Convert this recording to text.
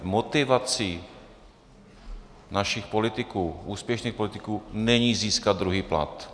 Motivací našich politiků, úspěšných politiků, není získat druhý plat.